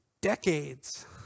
Decades